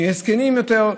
כשנהיה זקנים יותר,